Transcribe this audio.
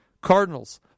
Cardinals